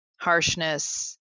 Harshness